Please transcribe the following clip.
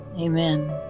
amen